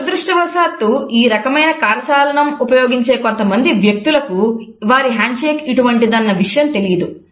దురదృష్టవశాత్తు ఈ రకమైన కరచాలనం ఉపయోగించే కొంతమంది వ్యక్తులకు వారి హ్యాండ్షేక్ ఇటువంటిదన్న విషయం తెలియదు